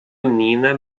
menina